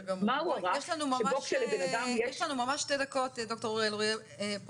יש לנו ממש שתי דקות לסיום הדיון.